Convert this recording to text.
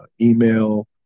email